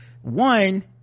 one